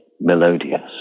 melodious